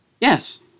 Yes